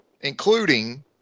including